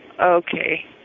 Okay